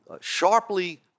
sharply